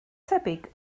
tebyg